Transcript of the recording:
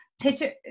picture